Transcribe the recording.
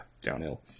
downhill